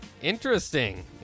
Interesting